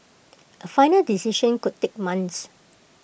A final decision could take months